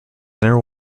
inner